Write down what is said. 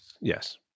yes